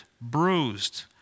bruised